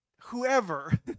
Whoever